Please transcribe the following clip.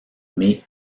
mai